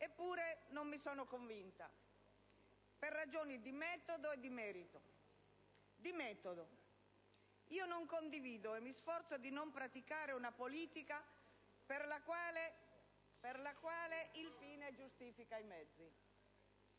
Eppure non mi sono convinta, per ragioni di metodo e di merito. Di metodo: non condivido e mi sforzo di non praticare una politica per la quale il fine giustifica i mezzi.